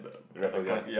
Raffle sia